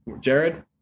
Jared